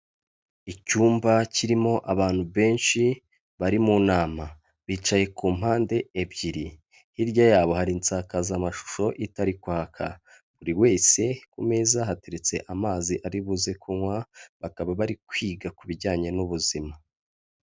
Icyumba kirimo abantu benshi bari mu nama, bicaye ku mpande ebyiri, hirya yabo hari insakazamashusho itari kwaka, buri wese ku meza hateretse amazi aribuze kunywa, bakaba bari kwiga ku bijyanye n'ubuzima.